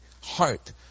heart